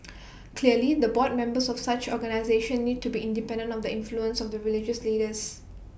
clearly the board members of such organisations need to be independent of the influence of the religious leaders